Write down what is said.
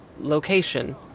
location